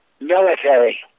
military